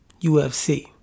UFC